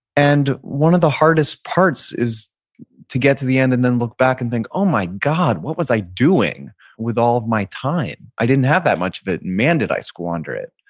and one of the hardest parts is to get to the end and then look back and think, oh my god. what was i doing with all of my time? i didn't have that much of it, and man, did i squander it.